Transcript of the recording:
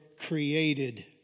created